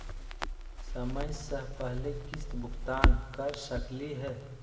समय स पहले किस्त भुगतान कर सकली हे?